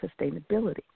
sustainability